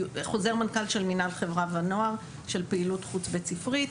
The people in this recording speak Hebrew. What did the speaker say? חוזר של מינהל החברה והנוער של פעילות חוץ בית ספרית,